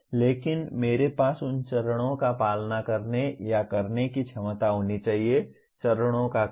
लेकिन मेरे पास उन चरणों का पालन करने या करने की क्षमता होनी चाहिए चरणों का क्रम